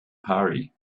party